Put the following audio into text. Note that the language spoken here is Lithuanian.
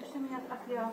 užsiminėt apie